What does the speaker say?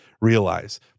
realize